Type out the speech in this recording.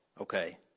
Okay